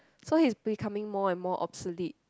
so he's becoming more and more obsolete